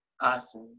Awesome